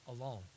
alone